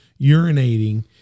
urinating